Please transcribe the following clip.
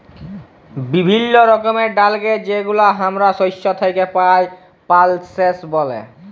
বিভিল্য রকমের ডালকে যেগুলা হামরা শস্য থেক্যে পাই, পালসেস ব্যলে